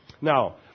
Now